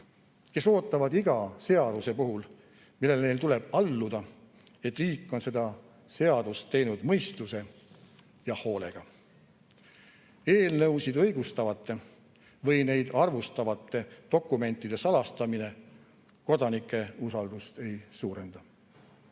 kes ootavad iga seaduse puhul, millele neil tuleb alluda, et riik on seda seadust teinud mõistuse ja hoolega. Eelnõusid õigustavate – või neid arvustavate – dokumentide salastamine kodanike usaldust ei suurenda. Kui